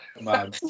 Man